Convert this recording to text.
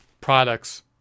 products